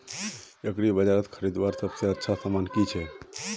एग्रीबाजारोत खरीदवार सबसे अच्छा सामान की छे?